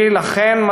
לכן,